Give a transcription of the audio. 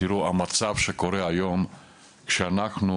המצב שקורה היום שאנחנו,